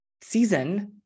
season